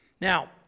Now